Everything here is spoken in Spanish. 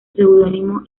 seudónimo